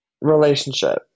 relationship